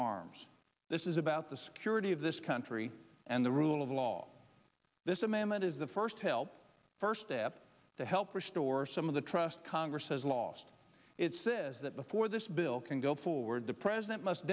arms this is about the security of this country and the rule of law this amendment is the first help first step to help restore some of the trust congress has lost its this that before this bill can go forward the president must